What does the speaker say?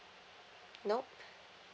nope